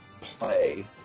play